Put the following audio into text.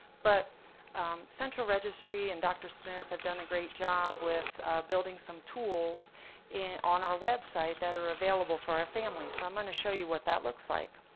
but central registry and dr. smith have done a great job with building some tools and on our website that are available for our families. so i'm going to show you what that looks like.